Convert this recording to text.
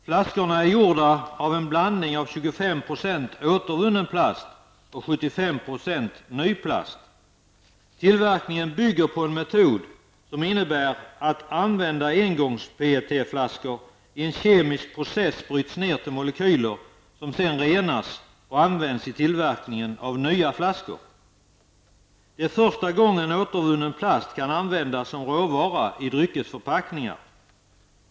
Flaskorna är gjorda av en blandning av 25 % återvunnen plast och 75 % Tillverkningen bygger på en metod som innebär att använda engångs-PET-flaskor i en kemisk process bryts ned till molekyler, som sedan renas och används i tillverkningen av nya flaskor. Det är första gången återvunnen plast kan användas som råvara i dryckesförpackningar.